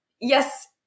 Yes